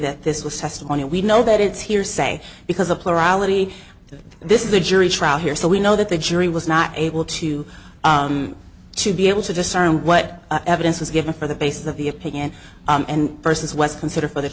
that this was testimony we know that it's hearsay because a plurality this is a jury trial here so we know that the jury was not able to to be able to discern what evidence was given for the basis of the opinion and persons was considered for the